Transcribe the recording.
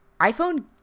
iPhone